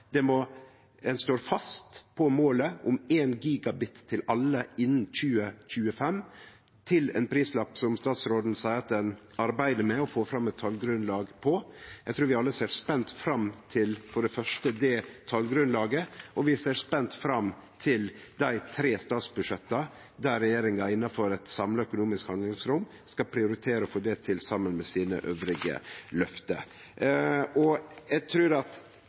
Ein står fast på målet om 1 Gbit/s til alle innan 2025, til ein prislapp som statsråden seier at ein arbeider med å få fram eit talgrunnlag for. Eg trur vi alle ser spente fram til det talgrunnlaget, for det første, og vi ser spente fram til dei tre statsbudsjetta der regjeringa innanfor eit samla økonomisk handlingsrom skal prioritere å få til dette saman med dei andre løfta deira. Eg trur at